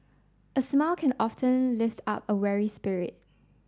a smile can often lift up a weary spirit